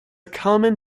common